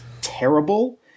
terrible